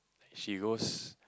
she goes